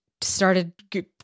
started